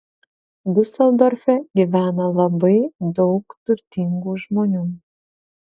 diuseldorfe gyvena labai daug turtingų žmonių